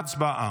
הצבעה.